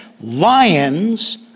lions